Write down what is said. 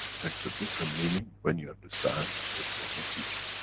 takes a different meaning when you understand the total teaching.